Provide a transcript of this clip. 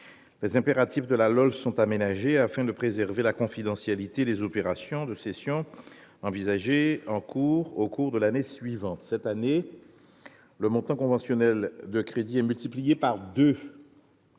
Les impératifs de la LOLF sont aménagés afin de préserver la confidentialité des opérations de cession envisagées au cours de l'année suivante. Cette année, le montant conventionnel de crédits est multiplié par deux.